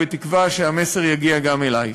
בתקווה שהמסר יגיע גם אלייך.